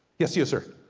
yes you sir.